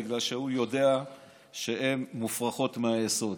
בגלל שהוא יודע שהן מופרכות מהיסוד